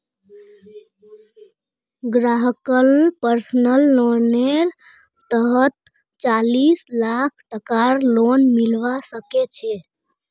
ग्राहकक पर्सनल लोनेर तहतत चालीस लाख टकार लोन मिलवा सके छै